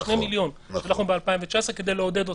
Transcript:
שני מיליון שלחנו ב-2019 כדי לעודד אותם.